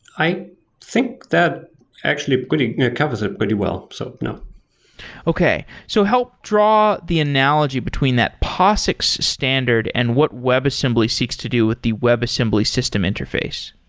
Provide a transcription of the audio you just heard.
i think that actually covers it pretty well so you know okay. so, help draw the analogy between that posix standard and what webassembly seeks to do with the webassembly system interface.